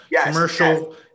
commercial